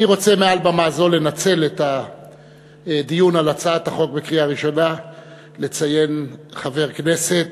אני רוצה מעל במה זו לנצל את הדיון על הצעת החוק ולציין חבר כנסת